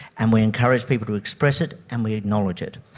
and we encourage people to express it and we acknowledge it.